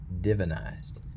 divinized